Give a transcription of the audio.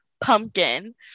pumpkin